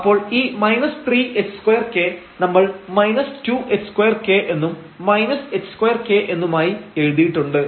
അപ്പോൾ ഈ 3 h2 k നമ്മൾ 2h2 k എന്നും h2 k എന്നുമായി എഴുതിയിട്ടുണ്ട്